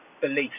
beliefs